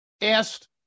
Asked